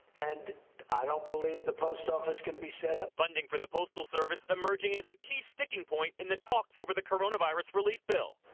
and i don't believe the post office can be set up. reporter funding for the postal service emerging as a key sticking point in the talks over the coronavirus relief bill.